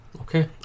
Okay